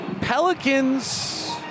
Pelicans